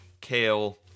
kale